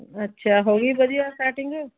ਅੱਛਾ ਹੋ ਗਈ ਵਧੀਆ ਸੈਟਿੰਗ